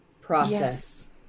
process